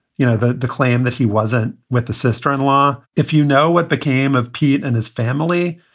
you know, the the claim that he wasn't with the sister in law. if you know what became of pete and his family.